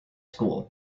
school